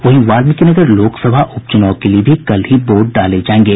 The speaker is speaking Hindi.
वहीं वाल्मीकिनगर लोकसभा उप चुनाव के लिये भी कल ही वोट डाले जायेंगे